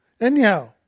Anyhow